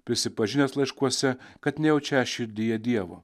prisipažinęs laiškuose kad nejaučia širdyje dievo